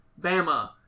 Bama